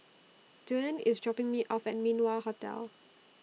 Duane IS dropping Me off At Min Wah Hotel